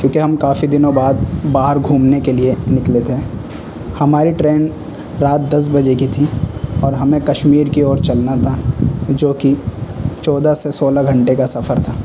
کیونکہ ہم کافی دنوں بعد باہر گھومنے کے لیے نکلے تھے ہماری ٹرین رات دس بجے کی تھی اور ہمیں کشمیر کی اور چلنا تھا جوکہ چودہ سے سولہ گھنٹے کا سفر تھا